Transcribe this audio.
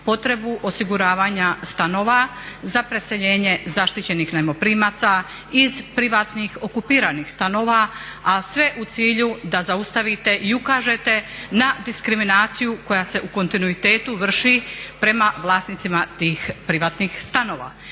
potrebu osiguravanja stanova za preseljenje zaštićenih najmoprimaca iz privatnih okupiranih stanova, a sve u cilju da zaustavite i ukažete na diskriminaciju koja se u kontinuitetu vrši prema vlasnicima tih privatnih stanova.